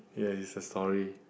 ya he's a sorry